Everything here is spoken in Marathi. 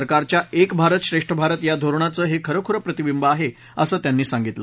सरकारच्या एक भारत श्रेष्ठ भारत या धोरणाचं हे खरखुरं प्रतिबिंब आहे असं त्यांनी सांगितलं